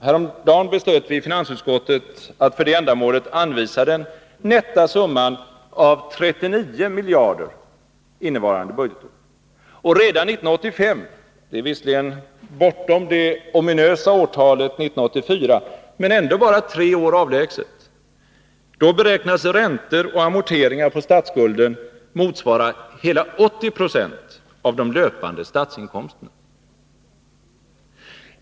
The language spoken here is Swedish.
Häromdagen beslöt vi i finansutskottet att för det ändamålet anvisa den nätta summan av 39 miljarder innevarande budgetår. Och redan 1985 — det är visserligen bortom det ominösa årtalet 1984 men ändå bara tre år avlägset — beräknas räntor och amorteringar på statsskulden motsvara hela 80 70 av de löpande statsinkomsterna.